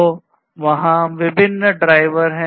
तो वहाँ विभिन्न ड्राइवर है